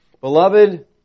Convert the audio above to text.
Beloved